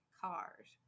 cars